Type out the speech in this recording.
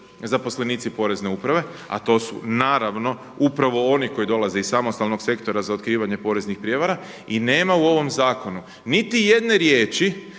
zaposlenici porezne uprave, a to su naravno upravo oni koji dolaze iz samostalnog sektora za otkrivanje poreznih prijevara. I nema u ovom zakonu niti jedne riječi